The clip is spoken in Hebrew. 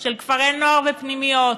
של כפרי נוער ופנימיות,